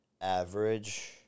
average